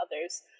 others